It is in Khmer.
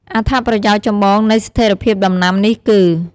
អត្ថប្រយោជន៍ចម្បងនៃស្ថេរភាពដំណាំនេះគឺ៖